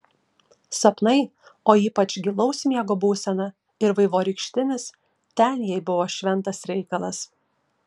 sapnai o ypač gilaus miego būsena ir vaivorykštinis ten jai buvo šventas reikalas